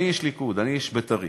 אני איש ליכוד, אני איש בית"רי.